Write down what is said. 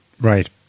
Right